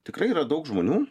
tikrai yra daug žmonių